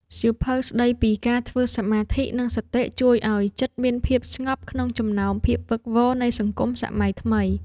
សៀវភៅស្ដីពីការធ្វើសមាធិ និងសតិ ជួយឱ្យចិត្តមានភាពស្ងប់ក្នុងចំណោមភាពវឹកវរនៃសង្គមសម័យថ្មី។